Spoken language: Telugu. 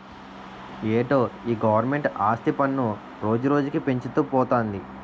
ఏటో ఈ గవరమెంటు ఆస్తి పన్ను రోజురోజుకీ పెంచుతూ పోతంది